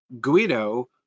Guido